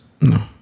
No